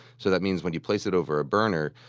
so that means when you place it over a burner,